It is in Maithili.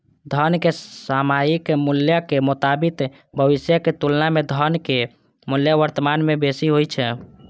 धनक सामयिक मूल्यक मोताबिक भविष्यक तुलना मे धनक मूल्य वर्तमान मे बेसी होइ छै